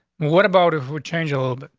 what about it would change a little